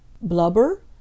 Blubber